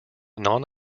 non